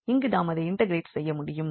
இங்கு நாம் இதை இன்டெக்ரேட் செய்யமுடியம்